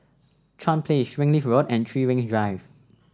Chuan Place Springleaf Road and Three Ring Drive